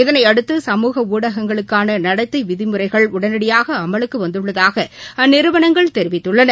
இதளையடுத்து சமூக ஊடகங்களுக்காள நடத்தை விதிமுறைகள் ஊடனடியாக அமலுக்கு வந்துள்ளதாக அந்நிறுவனங்கள் தெரிவித்துள்ளன